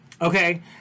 okay